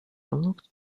looked